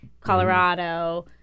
Colorado